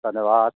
धन्यवाद